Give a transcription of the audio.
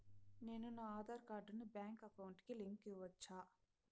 నేను నా ఆధార్ కార్డును బ్యాంకు అకౌంట్ కి లింకు ఇవ్వొచ్చా?